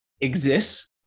exists